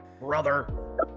brother